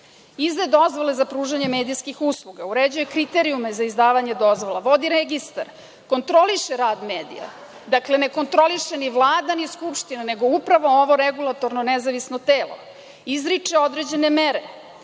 Izdaje dozvole za pružanje medijskih usluga, uređuje kriterijume za izdavanje dozvola, vodi registar, kontroliše rad medija, dakle, ne kontroliše ni Vlada ni Skupština nego upravo ovo regulatorno nezavisno telo, izriče određene mere,